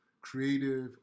creative